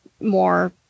more